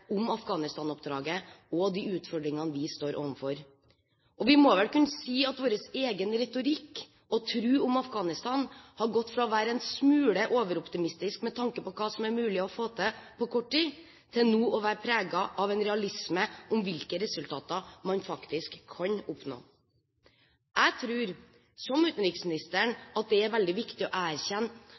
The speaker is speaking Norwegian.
om Afghanistan-oppdraget og de utfordringene vi står overfor. Og vi må vel kunne si at vår egen retorikk og tro om Afghanistan har gått fra å være en smule overoptimistisk med tanke på hva som er mulig å få til på kort tid, til nå å være preget av en realisme om hvilke resultater man faktisk kan oppnå. Jeg tror, som utenriksministeren, at det er veldig viktig å erkjenne